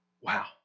Wow